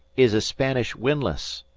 is a spanish windlass.